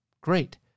great